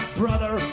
brother